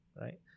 right